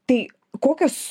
tai kokios